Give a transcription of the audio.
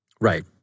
Right